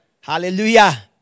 Hallelujah